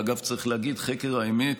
אגב, צריך להגיד, חקר האמת,